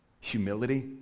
humility